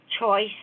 choice